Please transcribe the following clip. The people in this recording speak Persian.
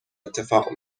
اتفاق